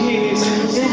Jesus